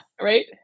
Right